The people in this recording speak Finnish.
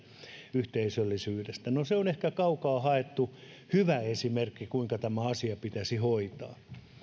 yhteisöllisyydestä no se on ehkä kaukaa haettu hyvä esimerkki kuinka tämä asia pitäisi hoitaa